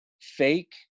fake